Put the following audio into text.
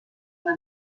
una